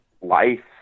life